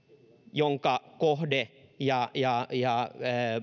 jonka kohde ja ja